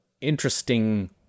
interesting